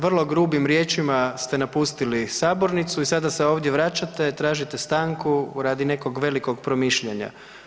Vrlo grubim riječima ste napustili sabornicu i sada se ovdje vraćate, tražite stanku radi nekog velikog promišljanja.